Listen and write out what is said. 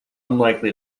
unlikely